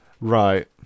Right